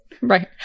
right